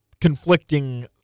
conflicting